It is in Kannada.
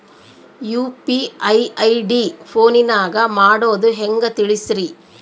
ಯು.ಪಿ.ಐ ಐ.ಡಿ ಫೋನಿನಾಗ ಮಾಡೋದು ಹೆಂಗ ತಿಳಿಸ್ರಿ?